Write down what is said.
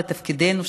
ותפקידנו,